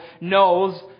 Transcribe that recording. knows